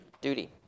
Duty